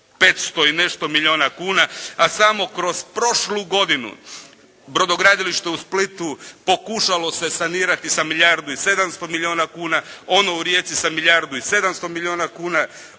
500 i nešto milijuna kuna. A samo kroz prošlu godinu brodogradilište u Splitu pokušalo se sanirati sa milijardu i 700 milijuna kuna. Ono u Rijeci sa milijardu i 700 milijuna kuna.